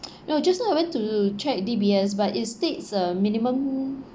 you know just now I went to check D_B_S but it states uh minimum